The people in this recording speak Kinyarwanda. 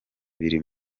biri